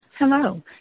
Hello